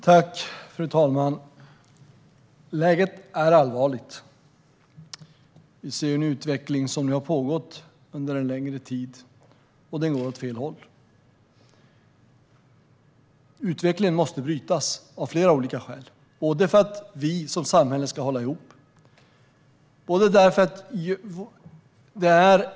Fru talman! Läget är allvarligt. Vi ser en utveckling som har pågått under en längre tid, och den går åt fel håll. Utvecklingen måste brytas, av flera olika skäl. Ett skäl är att vi som samhälle ska hålla ihop.